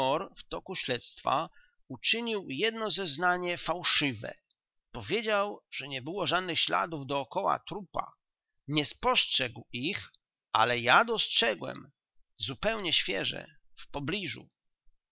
w toku śledztwa uczynił jedno zeznanie fałszywe powiedział że nie było żadnych śladów dokoła trupa nie spostrzegł ich ale ja dostrzegłem zupełnie świeże w pobliżu